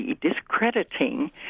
discrediting